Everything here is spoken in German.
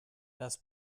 das